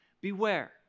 Beware